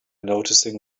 noticing